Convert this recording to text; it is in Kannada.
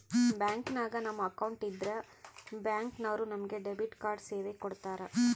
ಬ್ಯಾಂಕಿನಾಗ ನಮ್ಮ ಅಕೌಂಟ್ ಇದ್ರೆ ಬ್ಯಾಂಕ್ ನವರು ನಮಗೆ ಡೆಬಿಟ್ ಕಾರ್ಡ್ ಸೇವೆ ಕೊಡ್ತರ